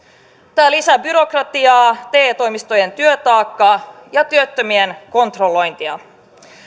tämä lisää byrokratiaa te toimistojen työtaakkaa ja työttömien kontrollointia